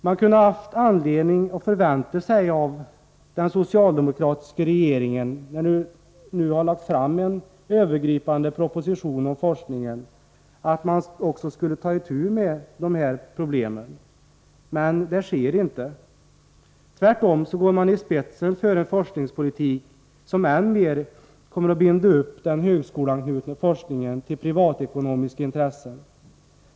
Man kunde ha haft anledning att förvänta sig av den socialdemokratiska regeringen, när den nu har lagt fram en övergripande proposition om forskningen, att den också skulle ha tagit itu med de här problemen. Men det sker inte. Tvärtom går man i spetsen för en forskningspolitik som än mer kommer att binda upp den högskoleanknutna forskningen till privatekonomiska intressen.